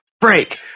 Break